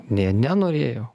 nė nenorėjau